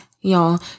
Y'all